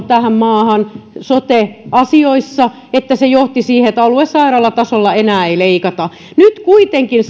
tähän maahan sote asioissa että se johti siihen että aluesairaalatasolla enää ei leikata nyt kuitenkin